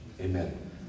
amen